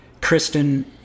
Kristen